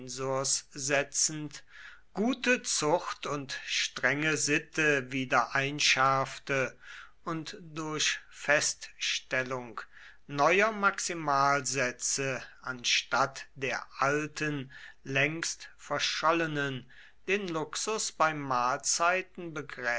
setzend gute zucht und strenge sitte wieder einschärfte und durch feststellung neuer maximalsätze anstatt der alten längst verschollenen den luxus bei mahlzeiten